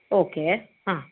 okay ആ